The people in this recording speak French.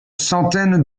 centaine